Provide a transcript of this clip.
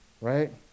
right